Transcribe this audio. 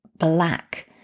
black